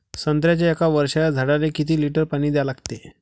संत्र्याच्या एक वर्षाच्या झाडाले किती लिटर पाणी द्या लागते?